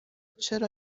چرا